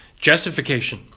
justification